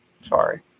Sorry